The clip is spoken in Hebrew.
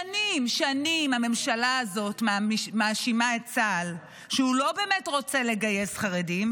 שנים הממשלה הזאת מאשימה את צה"ל שהוא לא באמת רוצה לגייס חרדים,